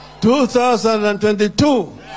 2022